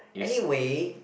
anyway